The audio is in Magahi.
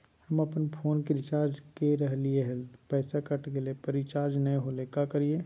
हम अपन फोन के रिचार्ज के रहलिय हल, पैसा कट गेलई, पर रिचार्ज नई होलई, का करियई?